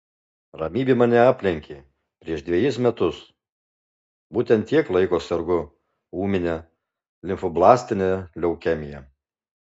ramybė mane aplenkė prieš dvejus metus būtent tiek laiko sergu ūmine limfoblastine leukemija